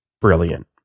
brilliant